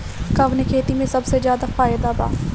कवने खेती में सबसे ज्यादा फायदा बा?